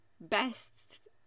best